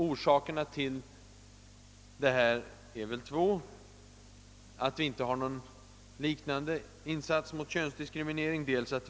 Orsakerna till att det inte har gjorts någon liknande insats mot könsdiskriminering är väl två.